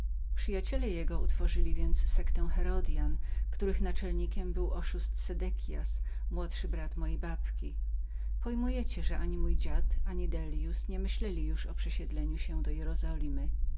przyjaciele jego więc utworzyli sektę herodystów których naczelnikiem był oszust sedekias młodszy brat mojej babki pojmujecie że ani mój dziad ani dellius nie myśleli już o przesiedleniu się do jerozolimy